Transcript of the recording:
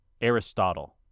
Aristotle